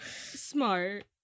smart